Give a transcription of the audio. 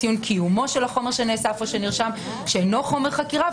ציון קיומו של החומר שנאסף או שנרשם שאינו חומר חקירה,